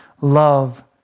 love